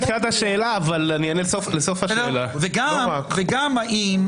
וגם האם,